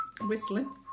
whistling